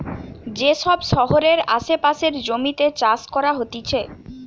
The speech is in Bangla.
যে সব শহরের আসে পাশের জমিতে চাষ করা হতিছে